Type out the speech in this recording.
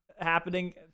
happening